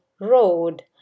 road